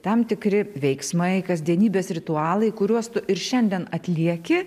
tam tikri veiksmai kasdienybės ritualai kuriuos tu ir šiandien atlieki